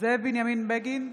זאב בנימין בגין,